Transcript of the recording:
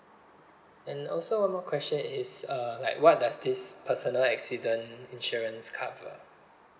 and also one more question is uh like what does this personal accident insurance cover